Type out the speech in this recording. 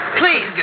Please